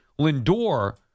Lindor